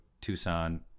Tucson